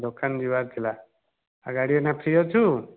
ଦୋକାନ ଯିବାର ଥିଲା ଆଉ ଗାଡ଼ି ଏହିନା ଫ୍ରି ଅଛୁ